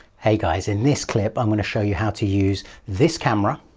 hey guys, in this clip i'm going to show you how to use this camera,